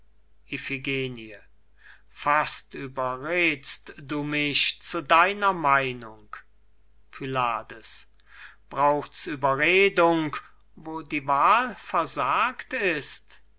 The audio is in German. fast überred'st du mich zu deiner meinung pylades braucht's überredung wo die wahl versagt ist